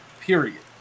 Period